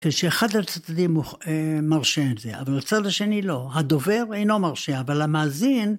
כשאחד הצדדים מרשה את זה, אבל הצד השני לא, הדובר אינו מרשה אבל המאזין.